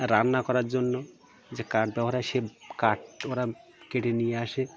রান্না করার জন্য যে কাঠ ব্যবহার হয় সে কাঠ ওরা কেটে নিয়ে আসে